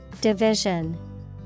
Division